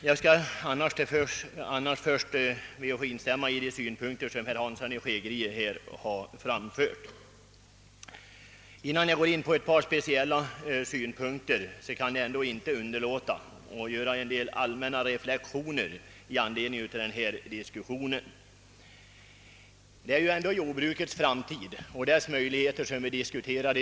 Jag ber först att få instämma i de synpunkter som herr Hansson i Skegrie här framförde, och innan jag går in på några speciella saker kan jag inte underlåta att göra en del allmänna reflexioner i anledning av den diskussion som här förts. Det är ändå jordbrukets framtid och dess möjligheter som vi diskuterar.